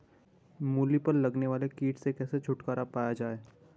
मूली पर लगने वाले कीट से कैसे छुटकारा पाया जाये?